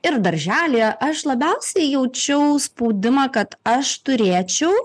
ir į darželį aš labiausiai jaučiau spaudimą kad aš turėčiau